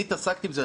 אני התעסקתי בזה,